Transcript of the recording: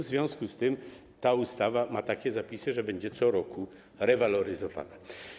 W związku z tym ta ustawa ma takie zapisy, że będzie co roku rewaloryzowana.